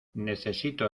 necesito